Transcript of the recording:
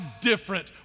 different